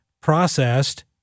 processed